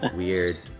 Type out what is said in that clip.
weird